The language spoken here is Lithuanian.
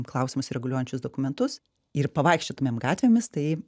klausimus reguliuojančius dokumentus ir pavaikščiotumėm gatvėmis tai